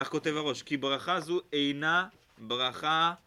כך כותב הראש כי ברכה זו אינה ברכה